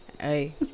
hey